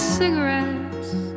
cigarettes